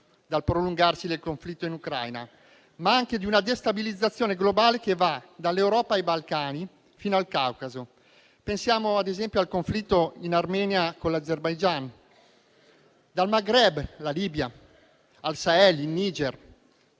dal prolungarsi del conflitto in Ucraina, ma anche da una destabilizzazione globale che va dall'Europa ai Balcani fino al Caucaso. Pensiamo ad esempio al conflitto in Armenia con l'Azerbaijan, al Maghreb, alla Libia al Sahel in Niger.